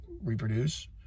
reproduce